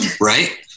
right